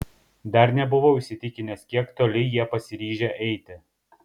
dar nebuvau įsitikinęs kiek toli jie pasiryžę eiti